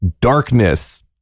darkness